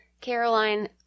Caroline